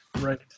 Right